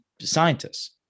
scientists